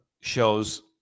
shows